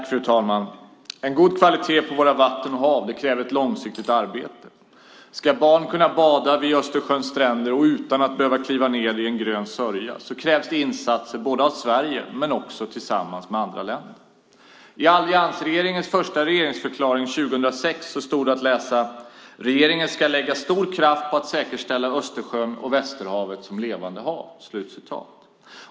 Fru talman! En god kvalitet på våra vatten och hav kräver ett långsiktigt arbete. Ska vi kunna bada vid Östersjöns stränder utan att behöva kliva ned i en grön sörja krävs det insatser av Sverige men också tillsammans med andra länder. I alliansregeringens första regeringsförklaring 2006 stod att läsa: Regeringen ska lägga stor kraft på att säkerställa Östersjön och Västerhavet som levande hav.